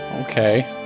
Okay